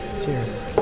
Cheers